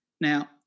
Now